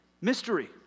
mystery